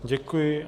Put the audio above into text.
Děkuji.